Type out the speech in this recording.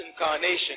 incarnation